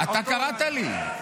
--- מה הבעיה,